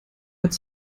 hat